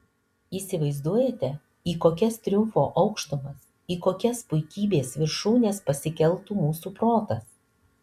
įsivaizduojate į kokias triumfo aukštumas į kokias puikybės viršūnes pasikeltų mūsų protas